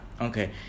Okay